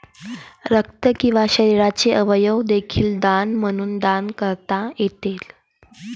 रक्त किंवा शरीराचे अवयव देखील दान म्हणून दान करता येतात